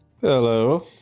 Hello